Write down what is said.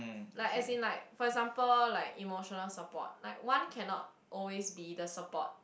like as in like for example like emotional support like one cannot always be the support